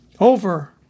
Over